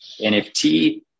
NFT